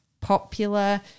popular